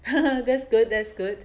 that's good that's good